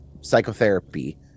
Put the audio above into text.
psychotherapy